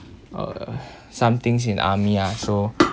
uh some things in army ah so